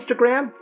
Instagram